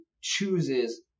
chooses